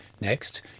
Next